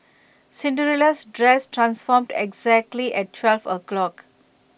Cinderella's dress transformed exactly at twelve o' clock